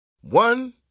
One